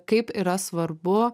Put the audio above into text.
kaip yra svarbu